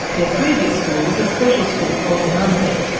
their previous school was a special school called marnebek.